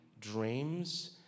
dreams